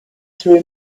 through